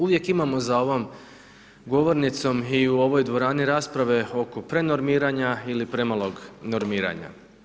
Uvijek imamo za ovom govornicom i u ovoj dvorani rasprave oko prenormiranja ili premalog normiranja.